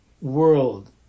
world